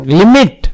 limit